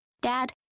dad